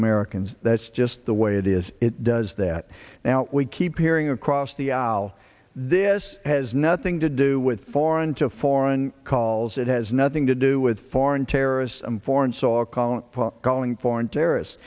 americans that's just the way it is it does that now we keep hearing across the aisle this has nothing to do with foreign to foreign calls it has nothing to do with foreign terrorists and foreign soil column calling foreign terrorists